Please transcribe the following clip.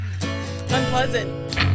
Unpleasant